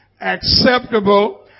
acceptable